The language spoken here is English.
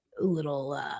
little